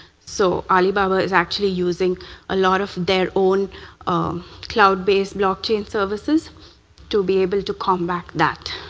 so alibaba is actually using a lot of their own cloud-based blockchain services to be able to combat that.